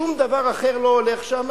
שום דבר אחר לא הולך שמה,